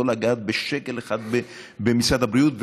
לא לגעת בשקל אחד במשרד הבריאות.